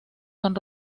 son